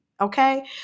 Okay